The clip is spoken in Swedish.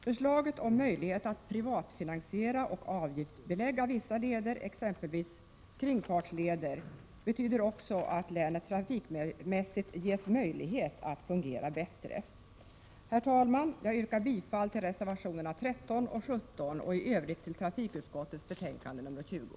Förslaget om möjlighet att privatfinansiera och avgiftsbelägga vissa leder, exempelvis kringfartsleder, betyder också att länet trafikmässigt ges möjlighet att fungera bättre. Herr talman! Jag yrkar bifall till reservationerna 13 och 17 och i övrigt till trafikutskottets hemställan i betänkande nr 20.